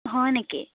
হয় নেকি